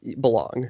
belong